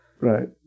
Right